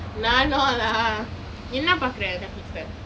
நானும்: naanum lah என்ன பாக்குறே:enna paakure netflix லே:le